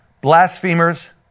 blasphemers